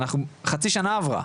חצי שנה עברה.